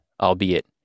albeit